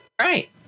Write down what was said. Right